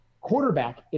quarterback